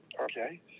okay